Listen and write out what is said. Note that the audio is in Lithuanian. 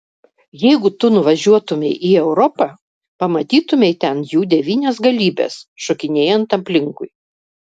jeigu tu nuvažiuotumei į europą pamatytumei ten jų devynias galybes šokinėjant aplinkui